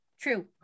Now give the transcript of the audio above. True